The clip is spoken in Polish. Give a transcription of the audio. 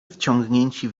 wciągnięci